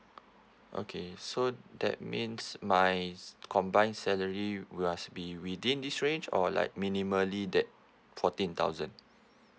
okay so that means my combined salary must be within this range or like minimally that fourteen thousand